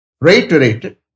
reiterated